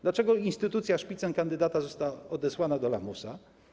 Dlaczego instytucja szpicenkandydata została odesłana do lamusa?